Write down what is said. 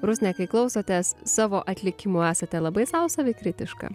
rusne kai klausotės savo atlikimų esate labai sau savikritiška